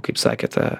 kaip sakėte